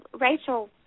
Rachel